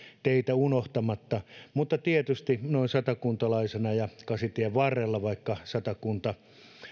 teitä unohtamatta mutta tietysti noin satakuntalaisena ja kasitien varrella asuvana vaikka satakunta